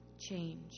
change